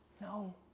no